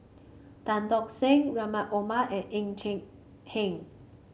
Tan Tock Seng Rahim Omar and Ng Hen